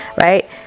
right